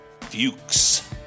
Fuchs